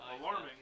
Alarming